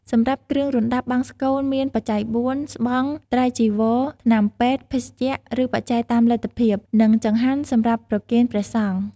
សម្រាប់គ្រឿងរណ្តាប់បង្សុកូលមាន បច្ច័យបួន ស្បង់ ត្រៃចីវរ ថ្នាំពេទ្យ ភេសជ្ជៈ ឬបច្ច័យតាមលទ្ធភាព និងចង្ហាន់សម្រាប់ប្រគេនព្រះសង្ឃ។